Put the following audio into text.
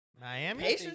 Miami